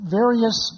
various